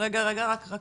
אני